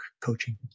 coaching